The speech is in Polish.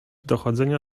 dochodzenia